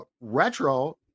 retro